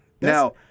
Now